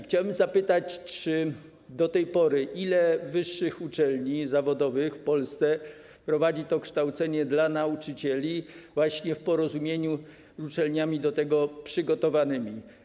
Chciałbym zapytać, ile do tej pory wyższych uczelni zawodowych w Polsce prowadzi to kształcenie dla nauczycieli właśnie w porozumieniu z uczelniami do tego przygotowanymi.